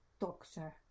doctor